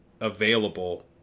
available